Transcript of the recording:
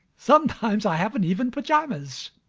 sometimes i haven't even pyjamas.